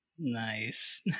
nice